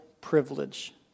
privilege